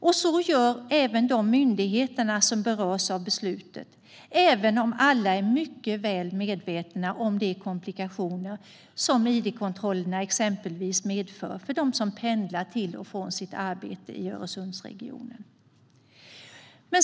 Det gör även de myndigheter som berörs av beslutet, även om alla är mycket väl medvetna om de komplikationer som id-kontrollerna medför exempelvis för dem som pendlar till och från sitt arbete i Öresundsregionen.